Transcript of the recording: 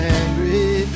angry